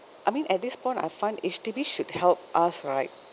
I mean at this point I find H_D_B should help us right